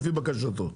לבקשתו.